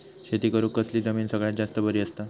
शेती करुक कसली जमीन सगळ्यात जास्त बरी असता?